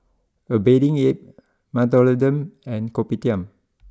a Bathing Ape Mentholatum and Kopitiam